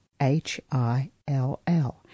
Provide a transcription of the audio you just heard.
H-I-L-L